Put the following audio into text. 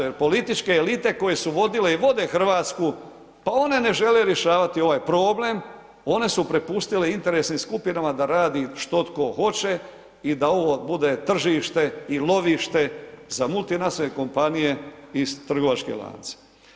Jer političke elite koje su vodile i vode Hrvatsku pa one ne žele rješavati ovaj problem, one su prepustile interesnim skupinama da radi što tko hoće i da ovo bude tržište i lovište za multinacionalne kompanije i trgovačke lance.